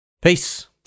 Peace